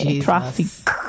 traffic